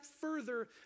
further